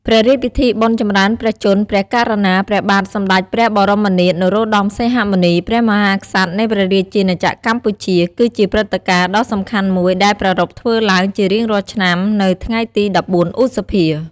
ព្រះរាជពិធីបុណ្យចម្រើនព្រះជន្ម ព្រះករុណា ព្រះបាទសម្តេច ព្រះបរមនាថ នរោត្តម សីហមុនី ព្រះមហាក្សត្រ នៃព្រះរាជាណាចក្រកម្ពុជា គឺជាព្រឹត្តិការណ៍ដ៏សំខាន់មួយដែលប្រារព្ធធ្វើឡើងជារៀងរាល់ឆ្នាំនៅថ្ងៃទី ១៤ ឧសភា។